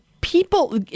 people